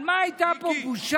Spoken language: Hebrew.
על מה הייתה פה בושה?